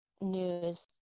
news